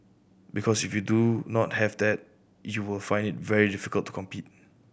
because if you do not have that you will find it very difficult to compete